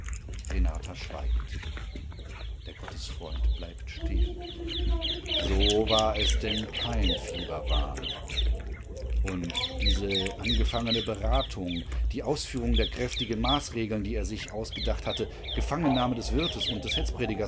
renata schweigt der gottesfreund bleibt stehen so war es denn kein fieberwahn und diese angefangene beratung die ausführung der kräftigen maßregeln die er sich ausgedacht hatte gefangennahme des wirtes und des